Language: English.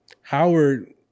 Howard